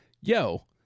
yo